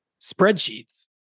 Spreadsheets